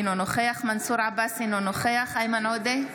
אינו נוכח מנסור עבאס, אינו נוכח איימן עודה,